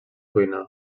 cuinar